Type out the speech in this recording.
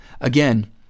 Again